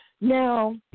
Now –